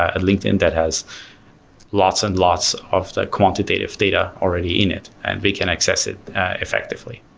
at linkedin, that has lots and lots of that quantitative data already in it and we can access it effectively.